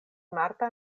marta